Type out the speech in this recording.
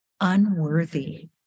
unworthy